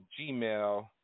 gmail